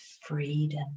freedom